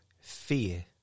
fear